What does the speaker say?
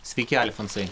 sveiki alfonsai